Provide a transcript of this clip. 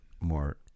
more